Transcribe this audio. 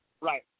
Right